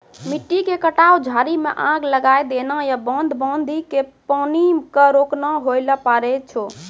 मिट्टी के कटाव, झाड़ी मॅ आग लगाय देना या बांध बांधी कॅ पानी क रोकना होय ल पारै छो